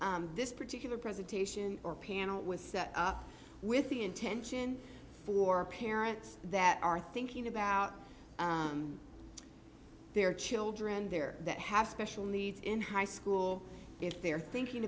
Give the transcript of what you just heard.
this particular presentation or panel was set up with the intention for parents that are thinking about their children their that have special needs in high school if they're thinking